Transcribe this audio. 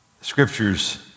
Scriptures